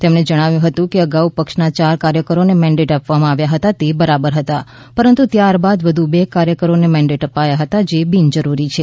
તેમણે જણાવ્યું હતું કે અગાઉ પક્ષના ચાર કાર્યકરોને મેન્ડેટ આપવામાં આવ્યા હતા તે બરાબર હતા પરંતુ ત્યાર બાદ વધુ બે કાર્યકરોને મેન્ડેટ અપાયા હતા જે બિનજરૂરી છે